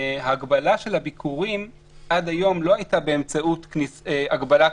שההגבלה של הביקורים עד היום לא הייתה באמצעות הגבלת